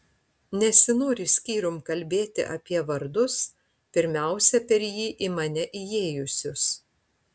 nesinori skyrium kalbėti apie vardus pirmiausia per jį į mane įėjusius